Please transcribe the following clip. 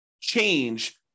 change